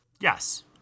Yes